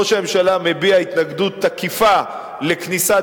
ראש הממשלה מביע התנגדות תקיפה לכניסת